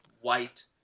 white